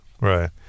right